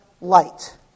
light